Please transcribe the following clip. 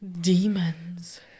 Demons